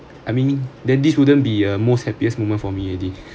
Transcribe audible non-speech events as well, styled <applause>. I mean then this wouldn't be a most happiest moment for me already <laughs>